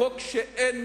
בחוק שאין